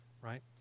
right